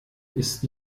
ist